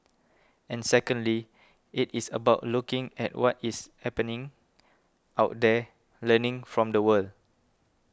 and secondly it is about looking at what is happening out there learning from the world